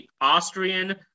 Austrian